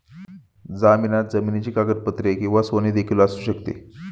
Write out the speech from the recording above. जामिनात जमिनीची कागदपत्रे किंवा सोने देखील असू शकते